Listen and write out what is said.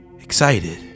excited